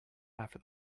after